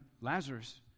Lazarus